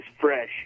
fresh